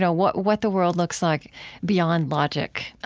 know, what what the world looks like beyond logic,